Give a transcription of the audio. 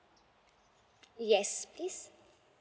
yes please